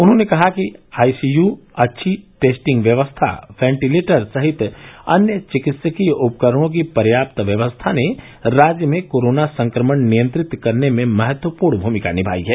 उन्होंने कहा कि आईसीय अच्छी टैस्टिंग व्यवस्था वेंटीलेटर सहित अन्य चिकित्सकीय उपकरणों की पर्याप्त व्यवस्था ने राज्य में कोरोना संक्रमण नियंत्रित करने में महत्वपूर्ण भूमिका निभाई है